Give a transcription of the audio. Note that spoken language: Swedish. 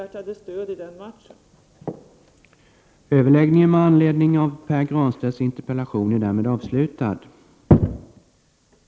1988/89:56